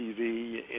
TV